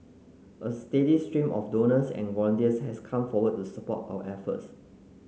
a steady stream of donors and volunteers has come forward to support our efforts